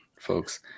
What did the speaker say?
folks